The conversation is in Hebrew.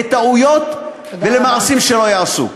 לטעויות ולמעשים שלא ייעשו.